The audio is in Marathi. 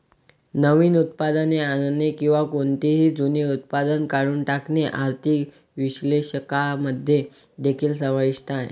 नवीन उत्पादने आणणे किंवा कोणतेही जुने उत्पादन काढून टाकणे आर्थिक विश्लेषकांमध्ये देखील समाविष्ट आहे